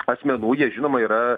asmenų jie žinoma yra